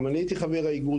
גם אני הייתי חבר האיגוד,